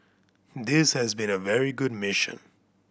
this has been a very good mission